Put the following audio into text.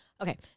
Okay